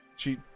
She-